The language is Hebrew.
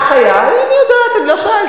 אגב, בש"ס יסכימו אתך לזה?